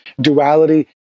duality